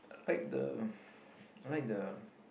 like the I like the